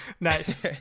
nice